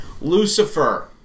Lucifer